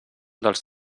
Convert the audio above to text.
dels